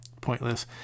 pointless